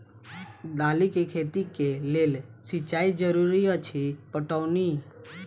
दालि केँ खेती केँ लेल सिंचाई जरूरी अछि पटौनी?